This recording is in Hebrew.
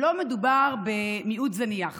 לא מדובר במיעוט זניח